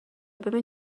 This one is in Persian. ببین